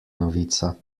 novica